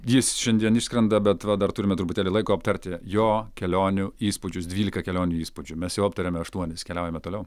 jis šiandien išskrenda bet va dar turime truputėlį laiko aptarti jo kelionių įspūdžius dvylika kelionių įspūdžių mes jau aptarėme aštuonis keliaujame toliau